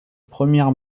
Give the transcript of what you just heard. premières